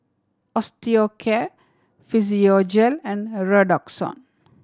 Osteocare Physiogel and Redoxon